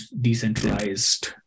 decentralized